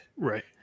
Right